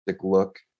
look